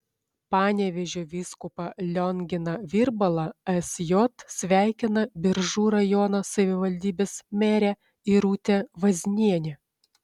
panevėžio vyskupą lionginą virbalą sj sveikina biržų rajono savivaldybės merė irutė vaznienė